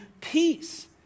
peace